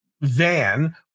van